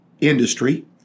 industry